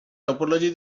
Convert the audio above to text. topology